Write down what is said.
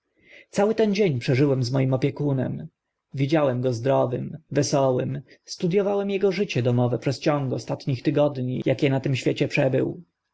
cały ten dzień przeżyłem z moim opiekunem widziałem go zdrowym wesołym studiowałem ego życie domowe przez ciąg ostatnich tygodni akie na tym świecie przebył